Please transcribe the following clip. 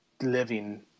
living